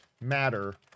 matter